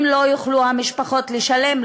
אם המשפחות לא יוכלו לשלם,